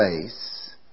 place